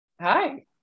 Hi